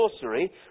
sorcery